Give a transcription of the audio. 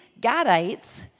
Gadites